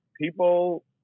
people